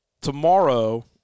tomorrow